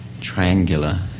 triangular